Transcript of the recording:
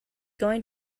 going